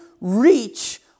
reach